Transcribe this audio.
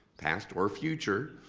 past, or future.